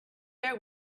bear